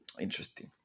interesting